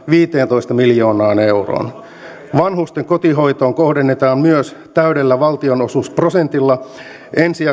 viiteentoista miljoonaan euroon vuonna kaksituhattayhdeksäntoista vanhusten kotihoitoon kohdennetaan myös täydellä valtionosuusprosentilla ensi